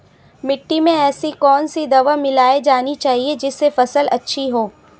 मिट्टी में ऐसी कौन सी दवा मिलाई जानी चाहिए जिससे फसल अच्छी हो?